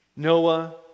Noah